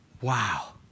wow